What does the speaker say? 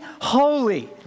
holy